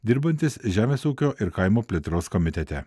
dirbantis žemės ūkio ir kaimo plėtros komitete